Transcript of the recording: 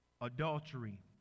Adultery